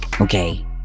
okay